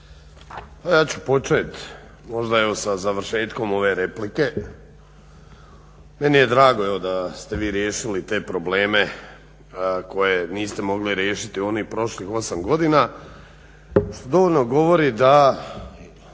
Ja ću počet možda evo sa završetkom ove replike. Meni je drago da ste vi riješili te probleme koje niste mogli riješiti u onih prošlih 8 godina što dovoljno govori da